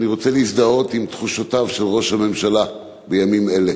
אני רוצה להזדהות עם תחושותיו של ראש הממשלה בימים אלה.